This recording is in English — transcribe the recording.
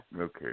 Okay